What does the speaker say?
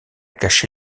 caché